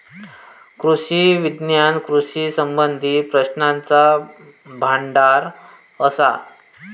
कृषी विज्ञान कृषी संबंधीत प्रश्नांचा भांडार असा